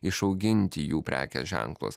išauginti jų prekės ženklus